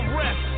rest